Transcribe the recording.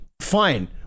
fine